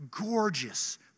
gorgeous